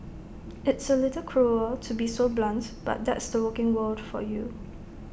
it's A little cruel to be so blunt but that's the working world for you